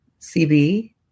CB